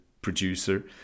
producer